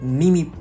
mimi